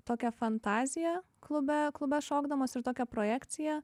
tokią fantaziją klube klube šokdamos ir tokią projekciją